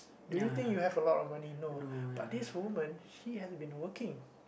do you think you have a lot money no but this woman she hasn't been working